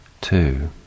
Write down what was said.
two